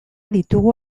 ditugu